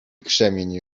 krzemień